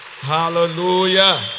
Hallelujah